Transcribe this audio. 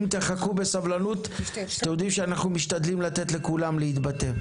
אם תחכו בסבלנות אתם יודעים שאנחנו משתדלים לתת לכולם להתבטא,